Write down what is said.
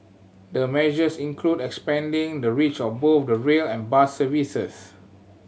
the measures include expanding the reach of both the rail and bus services